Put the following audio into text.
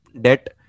debt